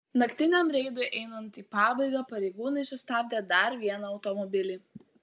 naktiniam reidui einant į pabaigą pareigūnai sustabdė dar vieną automobilį